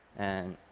and